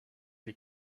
les